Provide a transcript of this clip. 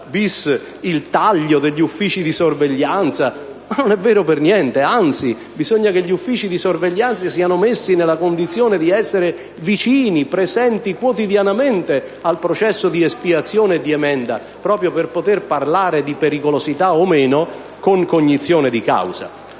il taglio degli uffici di sorveglianza. Al contrario, bisogna che gli uffici di sorveglianza siano messi in condizione di essere vicini e presenti quotidianamente al processo di espiazione e di emenda, proprio per potere parlare di pericolosità o meno con cognizione di causa.